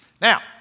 Now